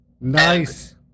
Nice